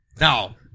Now